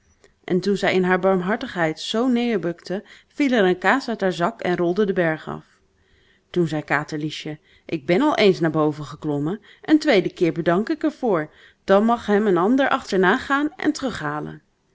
en toen zij in haar barmhartigheid zoo neêrbukte viel er een kaas uit haar zak en rolde den berg af toen zei katerliesje ik ben al ééns naar boven geklommen een tweede keer bedank ik er voor dan mag hem een ander achterna gaan en terughalen